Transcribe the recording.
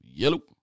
Yellow